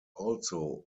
also